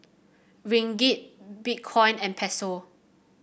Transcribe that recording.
Ringgit Bitcoin and Peso